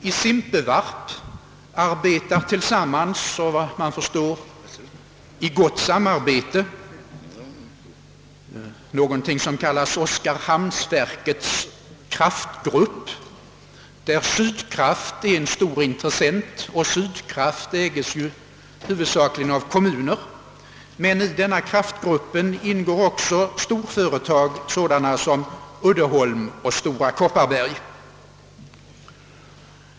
I Simpvarp arbetar man tillsammans — efter vad man kan förstå i gott samarbete — med något som kallas Oskarshamnsverkets kraftgrupp, där Sydkraft är en stor intressent, och Sydkraft äges huvudsakligen av kommuner. I denna kraftgrupp ingår också storföretag som Uddeholm och Stora Kopparberg.